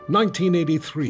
1983